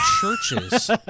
churches